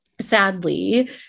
Sadly